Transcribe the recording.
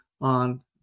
on